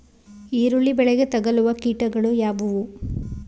ಈರುಳ್ಳಿ ಬೆಳೆಗೆ ತಗಲುವ ಕೀಟಗಳು ಯಾವುವು?